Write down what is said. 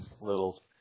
little